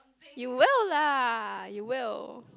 you will lah you will